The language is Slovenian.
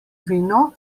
vino